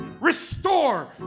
restore